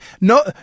no